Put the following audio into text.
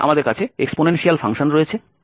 সুতরাং আমাদের কাছে এক্সপোনেনশিয়াল ফাংশন রয়েছে